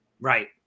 Right